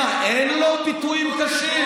מה, אין לו ביטויים קשים?